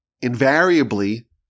invariably